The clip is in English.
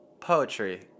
poetry